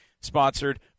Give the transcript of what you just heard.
sponsored